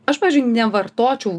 aš pavyzdžiui nevartočiau